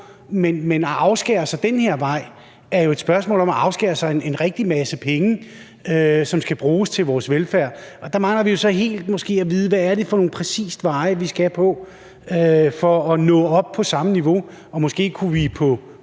men at afskære den her vej er jo et spørgsmål om at afskrive sig rigtig mange penge, som skal bruges til vores velfærd. Og der mangler vi så måske at vide, hvad det præcis er for veje, vi skal på for at nå op på samme niveau, og måske kunne vi på